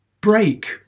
break